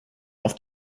auf